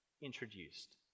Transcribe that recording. introduced